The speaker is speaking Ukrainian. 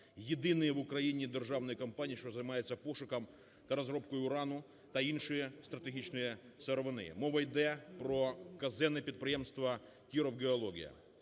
єдиної в Україні державної компанії, що займається пошуком та розробкою урану, та іншої стратегічної сировини, мова йде про казенне підприємство "Кіровгеологія".